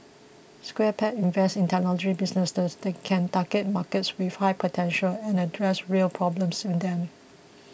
Square Peg invests in technology businesses that can target markets with high potential and address real problems in them